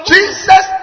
Jesus